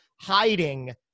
hiding